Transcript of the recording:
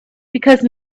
because